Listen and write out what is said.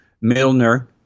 Milner